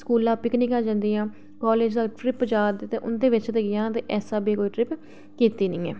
स्कूला पिकनिकां जंदियां कॉलेज दा ट्रिप जा रदे ता उन्दे बिच ते जां ते इस स्हाबे दी कोई ट्रिप कीती नेईं ऐ